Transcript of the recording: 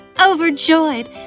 Overjoyed